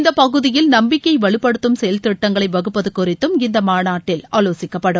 இந்த பகுதியில் நம்பிக்கையை வலுப்படுத்தும் செயல் திட்டங்களை வகுப்பது குறித்தும் இந்த மாநாட்டில் ஆலோசிக்கப்படும்